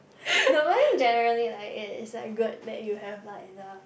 no generally like it is like good that you have like the